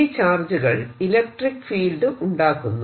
ഈ ചാർജുകൾ electric field ഉണ്ടാക്കുന്നു